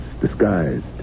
disguised